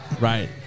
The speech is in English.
right